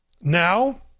now